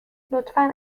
لطفا